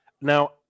now